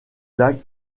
lac